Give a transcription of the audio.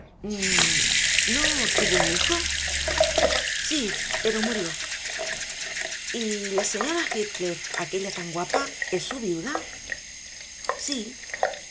no tuvo un hijo sí pero murió y la señora heathcliff aquella tan guapa es su viuda sí